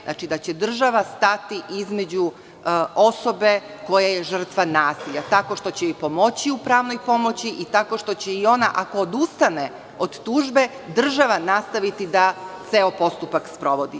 Znači da će država stati između osobe koja je žrtva nasilja, tako što će joj pomoći u pravnoj pomoći i tako što će i ona ako odustane od tužbe, država nastaviti da ceo postupak sprovodi.